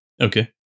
okay